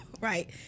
Right